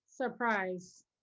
surprise